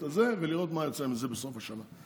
ולראות מה יצא מזה בסוף השנה.